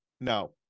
No